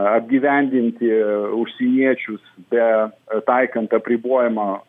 apgyvendinti užsieniečius be taikant apribojimą